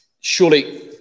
Surely